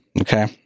Okay